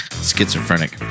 schizophrenic